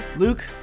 Luke